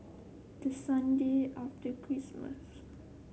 the Sunday after Christmas